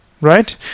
right